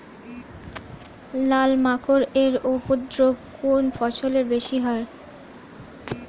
লাল মাকড় এর উপদ্রব কোন ফসলে বেশি হয়?